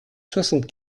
soixante